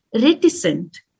reticent